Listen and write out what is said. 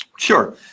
Sure